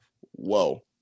Whoa